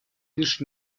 лишь